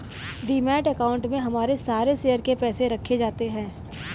demat account में हमारे सारे शेयर के पैसे रखे जाते हैं